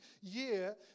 year